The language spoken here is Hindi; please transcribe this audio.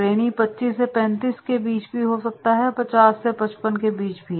ट्रेनी 25 से 35 भी हो सकता है और 50 से 55 भी